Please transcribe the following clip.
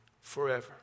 Forever